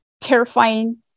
terrifying